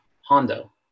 Hondo